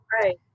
Right